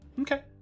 Okay